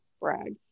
brag